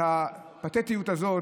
את הפתטיות הזאת,